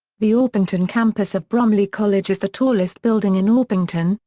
the orpington campus of bromley college is the tallest building in orpington,